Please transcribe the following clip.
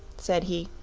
said he.